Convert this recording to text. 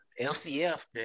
LCF